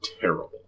terrible